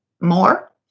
more